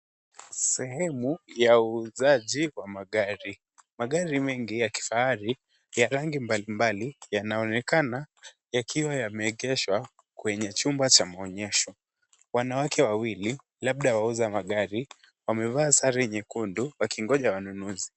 Sehemu ya uuzaji wa magari. Magari mengi ya kifahari ya rangi mbalimbali yanayoonekana yakiwa yameegeshwa kwenye chumba cha maonyesho. Wanawake wawili, labda wauza magari, wamevaa sare nyekundu wakingoja wanunuzi.